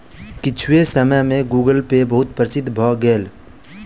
किछुए समय में गूगलपे बहुत प्रसिद्ध भअ भेल